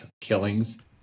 killings